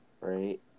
right